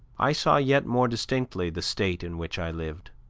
i saw yet more distinctly the state in which i lived.